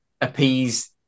appease